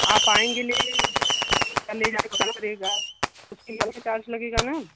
आप आएँगे लेने कि ले जाकर पहुँचाना पड़ेगा उसके लिए अलग चार्ज लगेगा ना